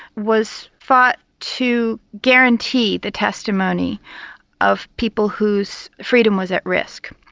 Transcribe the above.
was thought to guarantee the testimony of people whose freedom was at risk.